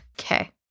Okay